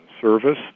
service